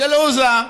של אוזה,